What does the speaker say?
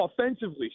offensively